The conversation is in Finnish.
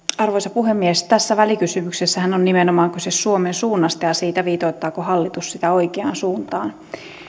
arvoisa puhemies tässä välikysymyksessähän on nimenomaan kyse suomen suunnasta ja siitä viitoittaako hallitus sitä oikeaan suuntaan